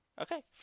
Okay